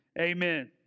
amen